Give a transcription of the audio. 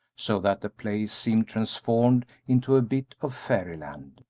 so that the place seemed transformed into a bit of fairyland.